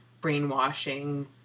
brainwashing